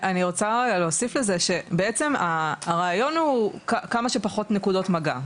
אני רוצה רגע להוסיף לזה שבעצם הרעיון הוא כמה שפחות נקודות מגע,